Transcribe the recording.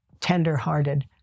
tender-hearted